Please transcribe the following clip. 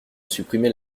supprimer